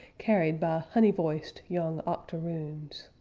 carried by honey-voiced young octoroons.